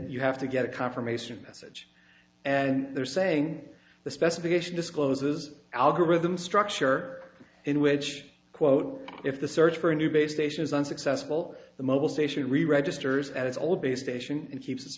you have to get a confirmation message and they're saying the specification discloses algorithm structure in which quote if the search for a new base station is unsuccessful the mobil station really registers at its all based ation and keeps